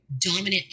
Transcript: dominant